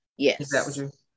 Yes